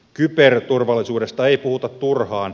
kyberturvallisuudesta ei puhuta turhaan